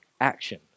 action